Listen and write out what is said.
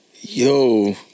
Yo